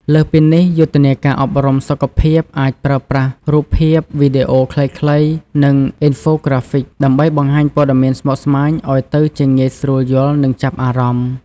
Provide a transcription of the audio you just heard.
លើសពីនេះ យុទ្ធនាការអប់រំសុខភាពអាចប្រើប្រាស់រូបភាព វីដេអូខ្លីៗ និង Infographics ដើម្បីបង្ហាញព័ត៌មានស្មុគស្មាញឲ្យទៅជាងាយយល់និងចាប់អារម្មណ៍។